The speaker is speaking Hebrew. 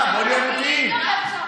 נעמה, בואי נהיה אמיתיים.